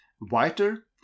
whiter